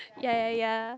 ya ya ya